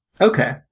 okay